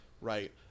right